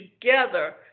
together